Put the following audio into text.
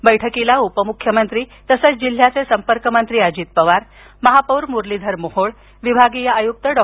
या बैठकीला उपमुख्यमंत्री तसंच जिल्ह्याचे संपर्कमंत्री अजित पवार महापौर मुरलीधर मोहोळ विभागीय आयुक्त डॉ